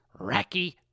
Racky